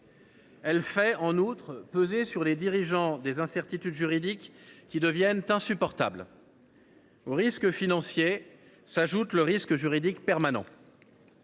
elle fait peser sur les dirigeants des incertitudes juridiques qui deviennent insupportables. Au risque financier s’ajoute le risque juridique permanent,